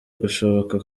gushoboka